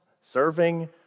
serving